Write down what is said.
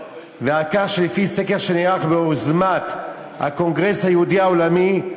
ועל כך שעל-פי סקר שנערך ביוזמת הקונגרס היהודי העולמי,